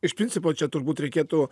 iš principo čia turbūt reikėtų